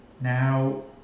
Now